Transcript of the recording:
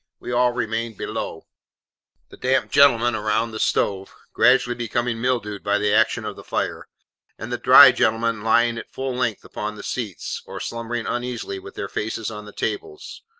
we all remained below the damp gentlemen round the stove, gradually becoming mildewed by the action of the fire and the dry gentlemen lying at full length upon the seats, or slumbering uneasily with their faces on the tables,